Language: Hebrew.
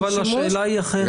לא.